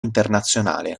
internazionale